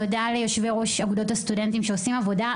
תודה ליושבי-ראש אגודות הסטודנטים שעושים עבודה אדירה,